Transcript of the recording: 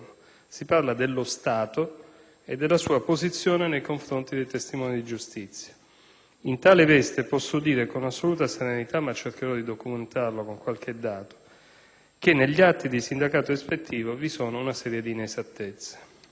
si parla dello Stato e della sua posizione nei confronti dei testimoni di giustizia. In tale veste posso dire con assoluta serenità - ma cercherò di documentarlo con qualche dato - che negli atti di sindacato ispettivo vi è una serie di inesattezze.